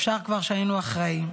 אפשר שהיינו כבר אחרי.